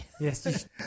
Yes